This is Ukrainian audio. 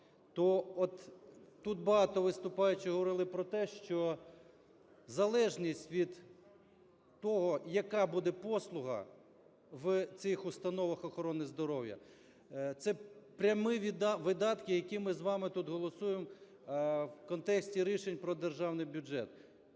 Тут багато виступаючих говорили про те, що залежність від того, яка буде послуга в цих установах охорони здоров'я, це прямі видатки, які ми з вами тут голосуємо у контексті рішень про державний бюджет,